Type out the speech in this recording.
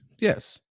yes